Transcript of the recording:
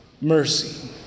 mercy